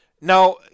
Now